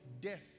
death